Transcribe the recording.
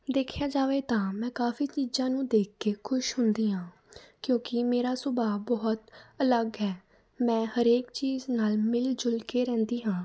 ਦੇਖਿਆ ਜਾਵੇ ਤਾਂ ਮੈਂ ਕਾਫੀ ਚੀਜ਼ਾਂ ਨੂੰ ਦੇਖ ਕੇ ਖੁਸ਼ ਹੁੰਦੀ ਹਾਂ ਕਿਉਂਕਿ ਮੇਰਾ ਸੁਭਾਅ ਬਹੁਤ ਅਲੱਗ ਹੈ ਮੈਂ ਹਰੇਕ ਚੀਜ਼ ਨਾਲ ਮਿਲ ਜੁਲ ਕੇ ਰਹਿੰਦੀ ਹਾਂ